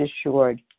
assured